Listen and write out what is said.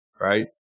right